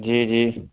جی جی